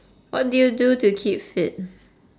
what do you do to keep fit